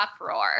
uproar